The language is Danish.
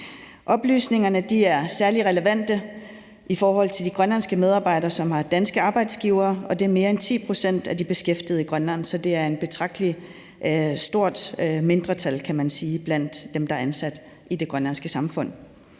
Oplysningerne er særlig relevante i forhold til de grønlandske medarbejdere, som har danske arbejdsgivere, og det er mere end 10 pct. af de beskæftigede i Grønland. Så det er et betragteligt stort mindretal, kan man sige, blandt dem, der er ansat i det grønlandske samfund.